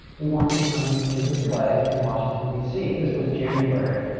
we want you to come and do the play in washington d c. this was january